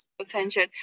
attention